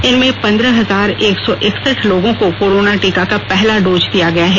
इनमें पन्द्रह हजार एक सौ एकसठ लोगों को कोरोना टीका का पहला डोज दिया गया है